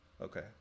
Okay